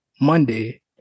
Monday